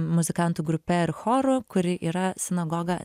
muzikantų grupe ir choru kuri yra sinagoga